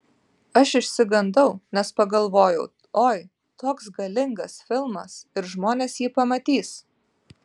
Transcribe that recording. aš išsigandau nes pagalvojau oi toks galingas filmas ir žmonės jį pamatys